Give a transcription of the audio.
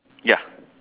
ya